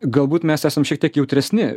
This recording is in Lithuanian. galbūt mes esam šiek tiek jautresni